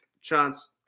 Chance